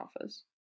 office